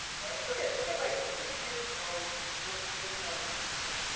right? look at, look at, like, look at his nose versus his nose versus his nose.